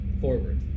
forward